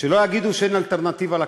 שלא יגידו שאין אלטרנטיבה לכסף.